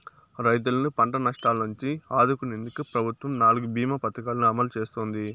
రైతులను పంట నష్టాల నుంచి ఆదుకునేందుకు ప్రభుత్వం నాలుగు భీమ పథకాలను అమలు చేస్తోంది